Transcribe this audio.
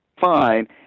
fine